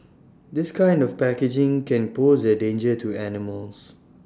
this kind of packaging can pose A danger to animals